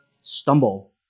stumble